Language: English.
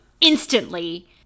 instantly